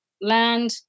land